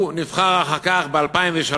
הוא נבחר אחר כך ב-2003,